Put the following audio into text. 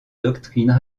doctrines